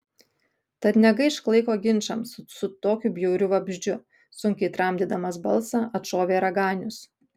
tad negaišk laiko ginčams su tokiu bjauriu vabzdžiu sunkiai tramdydamas balsą atšovė raganius